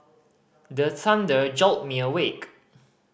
the thunder jolt me awake